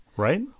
Right